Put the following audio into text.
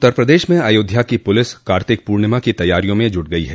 उत्तर प्रदेश में अयोध्या की पुलिस कार्तिक पूर्णिमा की तैयारियों में जुट गई है